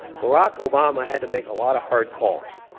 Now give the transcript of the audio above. barack obama had to make a lot of hard calls.